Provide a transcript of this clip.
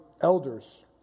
elders